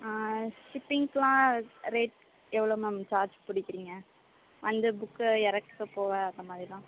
ஆ ஷிப்பிங்லாம் ரேட் எவ்வளோ ma'am charge பிடிக்கிறிங்க அந்த புக்கை இறக்க போக அந்த மாதிரிலாம்